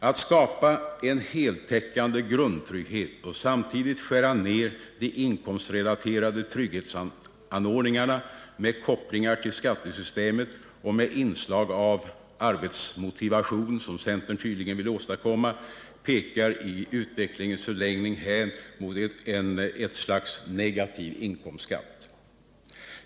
Att skapa en ”heltäckande” grundtrygghet och samtidigt skära ner de inkomstrelaterade trygghetsanordningarna med kopplingar till skattesystemet och med inslag av arbetsmotivation, som centern tydligen vill åstadkomma, pekar i utvecklingens förlängning hän mot ett slags negativ inkomstskatt.